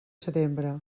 setembre